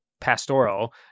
pastoral